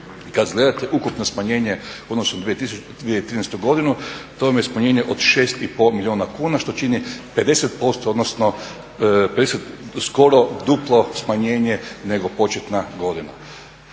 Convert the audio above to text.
kad gledate ukupno smanjenje u odnosu na 2013. godinu to vam je smanjenje od 6,5 milijuna kuna što čini 50%, odnosno skoro duplo smanjenje nego početna godina.